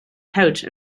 pouch